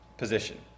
Position